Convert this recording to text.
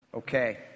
Okay